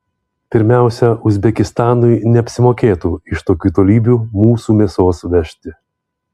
pirmiausia uzbekistanui neapsimokėtų iš tokių tolybių mūsų mėsos vežti